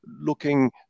looking